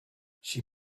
she